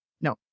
No